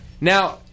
Now